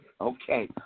Okay